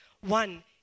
One